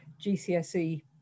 GCSE